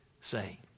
say